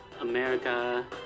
America